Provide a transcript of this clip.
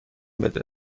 بده